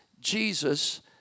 Jesus